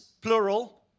plural